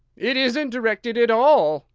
it isn't directed at all,